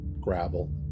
Gravel